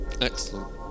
Excellent